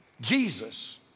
Jesus